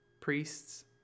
priests